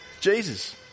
Jesus